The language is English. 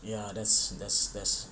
ya that's best best